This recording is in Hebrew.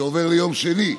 שעובר ליום שני,